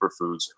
superfoods